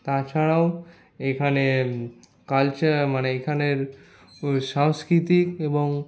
তাছাড়াও এখানের কালচার মানে এখানের সাংস্কৃতিক এবং